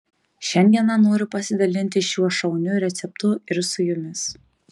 šiandieną noriu pasidalinti šiuo šauniu receptu ir su jumis